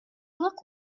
look